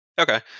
Okay